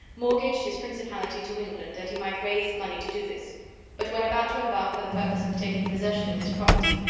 mortgaged his principality to england that he might raise money to do this but when about to embark for the purpose of taking possession of this property,